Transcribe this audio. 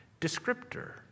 descriptor